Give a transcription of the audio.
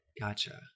Gotcha